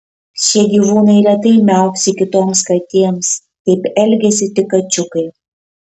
šie gyvūnai retai miauksi kitoms katėms taip elgiasi tik kačiukai